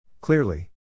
Clearly